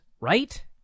right